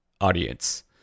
audience